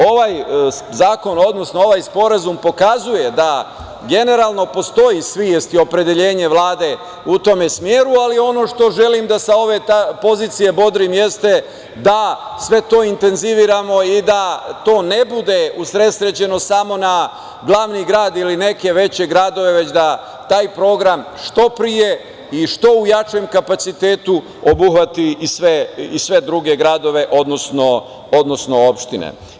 Ovaj zakon, odnosno ovaj sporazum pokazuje da generalno postoji svest i opredeljenje Vlade u tom smeru, ali ono što želim da sa ove pozicije bodrim jeste da sve to intenziviramo i da to ne bude usresređeno samo na glavni grad ili neke veće gradove, već da taj program što pre i što u jačem kapacitetu obuhvati i sve druge gradove, odnosno opštine.